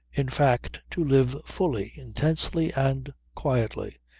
in fact to live fully, intensely and quietly,